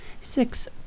six